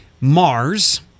Mars